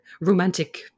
romantic